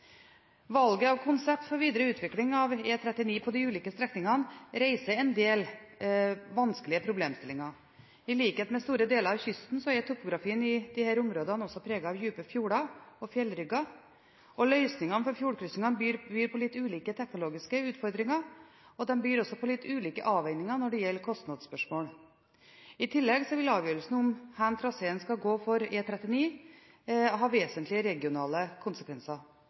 av konsept for videre utvikling av E39 på de ulike strekningene reiser en del vanskelige problemstillinger. I likhet med store deler av kysten er topografien i disse områdene også preget av dype fjorder og fjellrygger. Løsningene for fjordkryssingene byr på litt ulike teknologiske utfordringer, og de byr også på litt ulike avveininger når det gjelder kostnadsspørsmål. I tillegg vil avgjørelsen om hvor traseen for E39 skal gå ha vesentlige regionale konsekvenser.